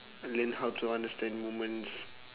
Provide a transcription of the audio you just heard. then how to understand womans